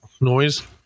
noise